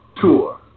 tour